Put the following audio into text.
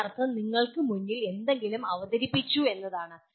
അതിനർത്ഥം നിങ്ങൾക്ക് മുന്നിൽ എന്തെങ്കിലും അവതരിപ്പിച്ചു എന്നാണ്